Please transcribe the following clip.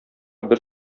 бер